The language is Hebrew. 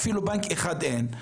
אפילו בנק אחד אין,